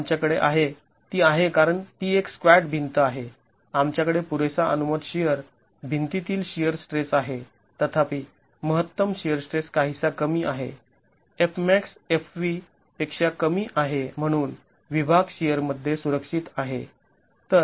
आमच्याकडे आहे ती आहे कारण ती एक स्क्वॅट भिंत आहे आमच्याकडे पुरेसा अनुमत शिअर भिंती तील शिअर स्ट्रेस आहे तथापि महत्तम शिअर स्ट्रेस काहीसा कमी आहे fmax fv पेक्षा कमी आहे म्हणून विभाग शिअर मध्ये सुरक्षित आहे